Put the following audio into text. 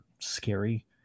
scary